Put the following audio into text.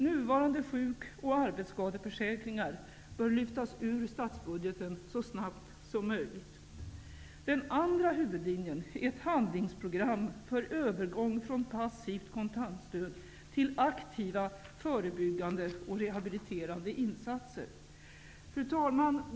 Nuvarande sjuk och arbetsskadeförsäk ringar bör lyftas ur statsbudgeten så snabbt som möjligt. Den andra huvudlinjen är ett handlingspro gram för övergång från passivt kontantstöd till ak tiva förebyggande och rehabiliterande insatser. Fru talman!